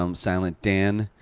um silent dan.